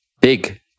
Big